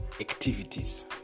activities